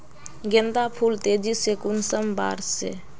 गेंदा फुल तेजी से कुंसम बार से?